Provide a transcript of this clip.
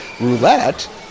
Roulette